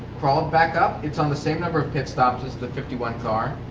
crawled back up. it's on the same number of pit stops as the fifty one car.